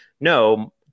No